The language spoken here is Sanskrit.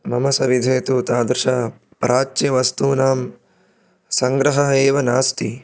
मम सविधे तु तादृशानां प्राच्यवस्तूनां सङ्ग्रहः एव नास्ति